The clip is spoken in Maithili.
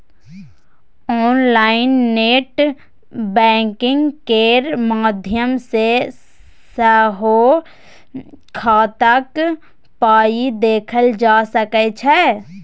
आनलाइन नेट बैंकिंग केर माध्यम सँ सेहो खाताक पाइ देखल जा सकै छै